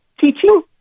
teaching